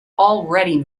already